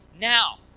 now